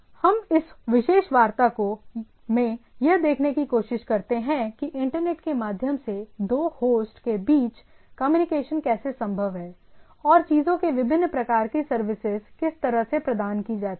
हम इस विशेष वार्ता में यह देखने की कोशिश करते हैं कि इंटरनेट के माध्यम से दो होस्ट के बीच कम्युनिकेशन कैसे संभव है और चीजों में विभिन्न प्रकार की सर्विसेज किस तरह से प्रदान की जाती हैं